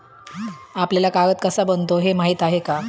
आपल्याला कागद कसा बनतो हे माहीत आहे का?